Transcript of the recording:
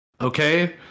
Okay